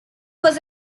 was